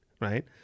right